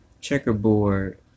checkerboard